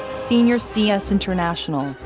senior c s international,